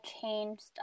changed